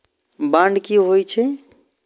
Bond की होई छै?